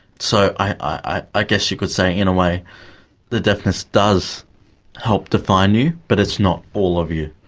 so i ah guess you could say in a way the deafness does help define you, but it's not all of you.